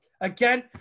again